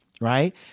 right